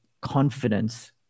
confidence